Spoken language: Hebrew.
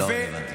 זה לא רלוונטי.